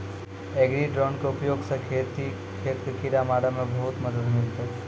agri drone के उपयोग स खेत कॅ किड़ा मारे मॅ बहुते मदद मिलतै